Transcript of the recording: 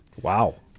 Wow